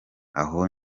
aho